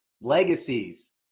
legacies